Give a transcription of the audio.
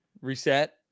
Reset